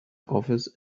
office